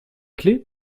clés